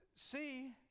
see